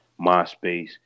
MySpace